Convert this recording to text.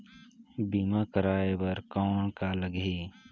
बीमा कराय बर कौन का लगही?